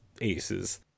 aces